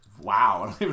Wow